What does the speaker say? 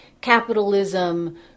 capitalism